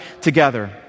together